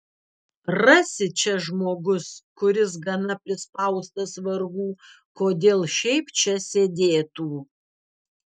rasi čia žmogus kuris gana prispaustas vargų kodėl šiaip čia sėdėtų